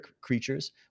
creatures